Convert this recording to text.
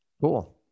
Cool